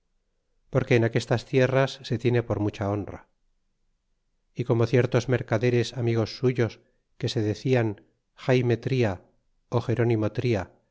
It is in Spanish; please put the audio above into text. era vecino porque en aquestas tierras se tiene por mucha honra y como ciertos mercaderes amigos suyos que se decian jaime tria